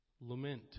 lament